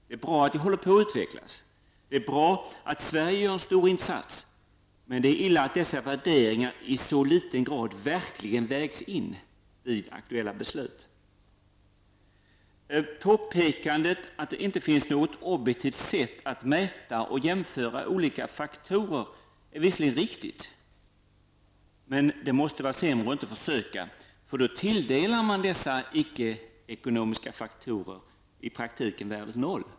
Det är bra att de håller på att utvecklas, det är bra att Sverige här gör en stor insats, men det är illa att dessa värderingar i så liten grad verkligen vägs in vid aktuella beslut. Påpekandet att det inte finns något objektivt sätt att mäta och jämföra olika faktorer är visserligen riktigt, men det måste vara sämre att inte försöka, för då tilldelar man icke-ekonomiska faktorer i praktiken värdet noll.